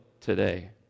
today